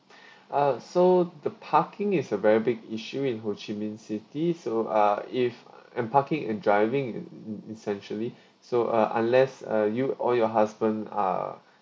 ah so the parking is a very big issue in ho chi minh city so ah if ah and parking and driving and essentially so ah unless uh you or your husband are